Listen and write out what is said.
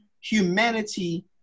humanity